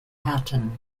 hatton